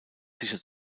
sicher